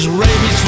rabies